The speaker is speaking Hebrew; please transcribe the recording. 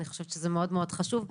אני חושבת שזה מאוד מאוד חשוב.